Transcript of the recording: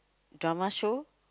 drama show